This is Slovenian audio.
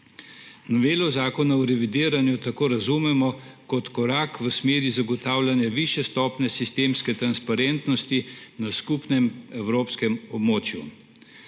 Novelo Zakona o revidiranju tako razumemo kot korak v smeri zagotavljanja višje stopnje sistemske transparentnosti na skupnem evropskem območju.